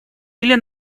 или